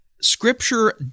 Scripture